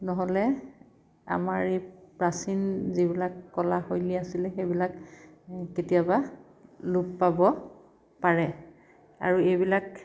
নহ'লে আমাৰ এই প্ৰাচীন যিবিলাক কলাশৈলী আছিলে সেইবিলাক কেতিয়াবা লোপ পাব পাৰে আৰু এইবিলাক